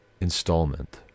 installment